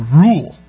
rule